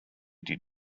did